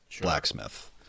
blacksmith